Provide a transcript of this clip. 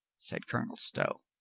said colonel stow.